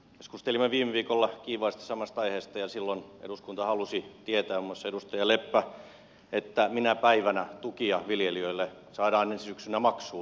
keskustelimme viime viikolla kiivaasti samasta aiheesta ja silloin eduskunta halusi tietää muun muassa edustaja leppä että minä päivänä tukia viljelijöille saadaan ensi syksynä maksuun